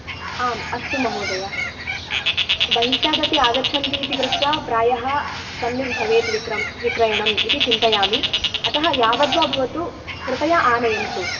आम् अस्तु महोदयः बहिष्टात् अपि आगच्छन्ति इति कृत्वा प्रायः सम्यक् भवेत् विक्रम् विक्रयणम् इति चिन्तयामि अतः यावत् वा भवतु कृपया आनयन्तु